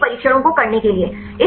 तो इन सभी परीक्षणों को करने के लिए